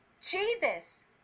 Jesus